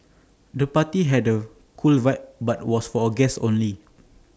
the party had A cool vibe but was for guests only